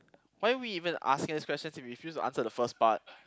why we even asking us questions if we refuse to answer the first part